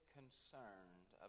concerned